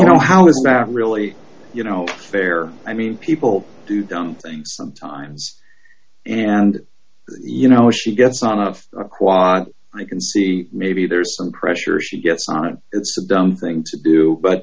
don't know how is that really you know fair i mean people do dumb things sometimes and you know she gets an f a quad i can see maybe there's some pressure she gets on it it's a dumb thing to do but